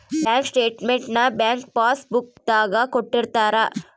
bank statement ನ bank passbook ದಾಗ ಕೊಟ್ಟಿರ್ತಾರ